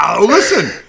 Listen